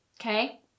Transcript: Okay